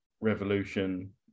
revolution